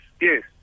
yes